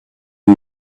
une